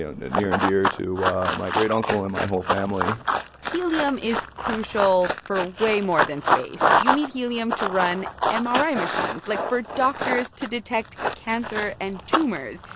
ah and near and dear to my great-uncle and my whole family helium is crucial for way more than space. you need helium to run ah mri machines, like, for doctors to detect cancer and tumors.